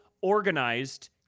organized